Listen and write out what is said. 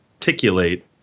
articulate